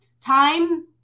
Time